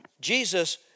Jesus